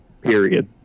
period